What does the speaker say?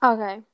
Okay